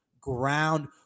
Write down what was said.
ground